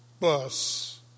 bus